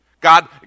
God